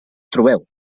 trobeu